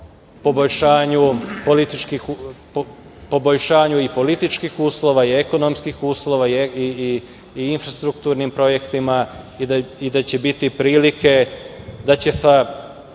poboljšanju i politički uslova i ekonomskih uslova i infrastrukturnim projektima i da će biti prilike da će sa